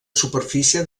superfície